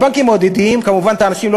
הבנקים מעודדים כמובן את האנשים לא